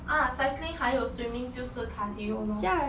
ah cycling 还有 swimming 就是 cardio lor